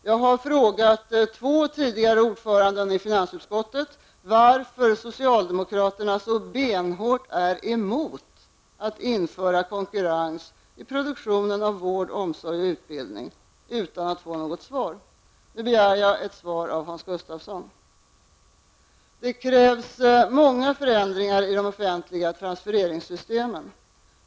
Jag har frågat två tidigare ordförande i finansutskottet varför socialdemokraterna är så benhårt emot att införa konkurrens i produktionen av vård, omsorg och utbildning -- utan att få svar. Nu begär jag ett svar av Hans Gustafsson. Det krävs många förändringar i de offentliga transfereringssystemen.